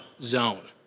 zone